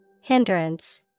Hindrance